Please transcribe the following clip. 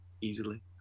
easily